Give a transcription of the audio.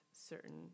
Certain